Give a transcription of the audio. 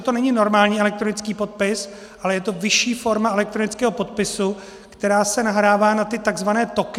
To není normální elektronický podpis, ale je to vyšší forma elektronického podpisu, která se nahrává na tzv. tokeny.